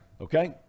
Okay